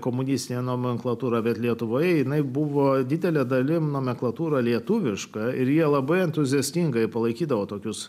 komunistinė nomenklatūra bet lietuvoje jinai buvo didele dalim nomenklatūra lietuviška ir jie labai entuziastingai palaikydavo tokius